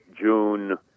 June